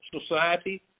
society